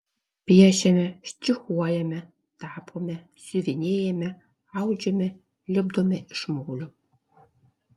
piešiame štrichuojame tapome siuvinėjame audžiame lipdome iš molio